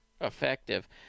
effective